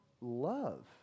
love